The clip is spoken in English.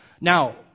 Now